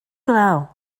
glaw